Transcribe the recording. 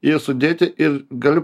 jie sudėti ir galiu